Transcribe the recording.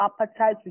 appetite